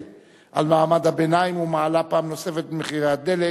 על מעמד הביניים ומעלה פעם נוספת את מחירי הדלק,